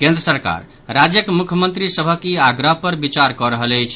केंद्र सरकार राज्यक मुख्यमंत्री सभक ई आग्रह पर विचार कऽ रहल अछि